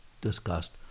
discussed